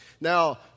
Now